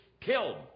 killed